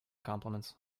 compliments